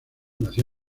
nació